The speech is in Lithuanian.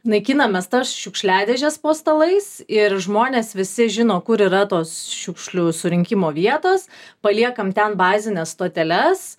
naikinam mes tas šiukšliadėžes po stalais ir žmonės visi žino kur yra tos šiukšlių surinkimo vietos paliekam ten bazines stoteles